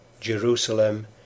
Jerusalem